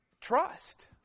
trust